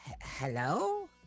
Hello